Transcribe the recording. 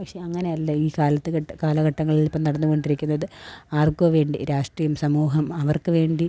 പക്ഷേ അങ്ങനെയല്ല ഈ കാലത്ത് കാലഘട്ടങ്ങളില് ഇപ്പം നടന്നു കൊണ്ടിരിക്കുന്നത് ആര്ക്കോ വേണ്ടി രാഷ്ട്രീയം സമൂഹം അവര്ക്കുവേണ്ടി